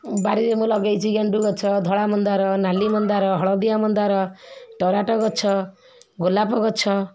ବାଡ଼ିରେ ମୁଁ ଲଗାଇଛି ଗେଣ୍ଡୁ ଗଛ ଧଳା ମନ୍ଦାର ନାଲି ମନ୍ଦାର ହଳଦିଆ ମନ୍ଦାର ତରାଟ ଗଛ ଗୋଲାପ ଗଛ